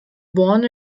born